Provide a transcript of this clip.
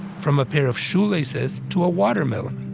from a pair of shoelaces to a watermelon.